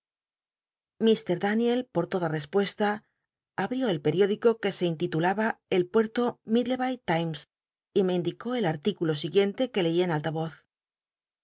mt daniel por toda respuesta abl'ió el periódico que se inti tulaba el puerto jiiidcllebay timcs y me indicó el articulo siguiente que lei en alta